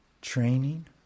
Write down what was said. training